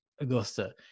Augusta